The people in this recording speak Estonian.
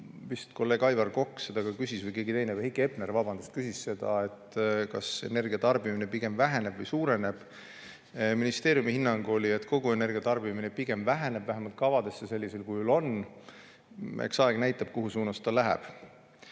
vist kolleeg Aivar Kokk küsis või keegi teine, Heiki Hepner, vabandust, vist oli see, kes küsis –, kas energiatarbimine pigem väheneb või suureneb. Ministeeriumi hinnang oli, et kogu energiatarbimine pigem väheneb, vähemalt kavades see sellisel kujul on. Eks aeg näitab, mis suunas ta läheb.